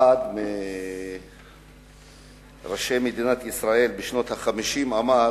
אחד מראשי מדינת ישראל בשנות ה-50 אמר